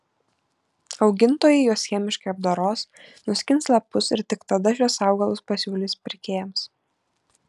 augintojai juos chemiškai apdoros nuskins lapus ir tik tada šiuos augalus pasiūlys pirkėjams